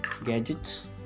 gadgets